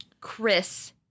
Chris